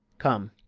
come,